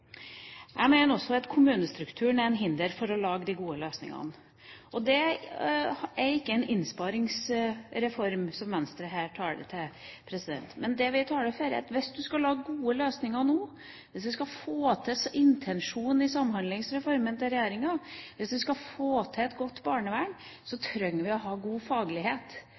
Jeg mener også at kommunestrukturen er til hinder for å kunne lage de gode løsingene. Det er ikke en innsparingsreform som Venstre her taler for. Men det vi taler for, er at hvis man skal lage gode løsninger nå, hvis vi skal få til intensjonen i Samhandlingsreformen til regjeringa, hvis vi skal få til et godt barnevern, trenger vi å ha god faglighet.